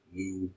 new